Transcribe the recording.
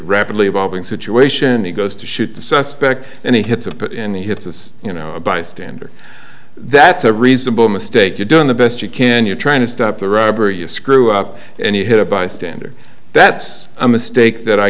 rapidly evolving situation he goes to shoot the suspect and he hits a bit and he hits as you know a bystander that's a reasonable mistake you've done the best you can you're trying to stop the robbery you screw up and you hit a bystander that's a mistake that i